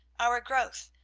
our growth,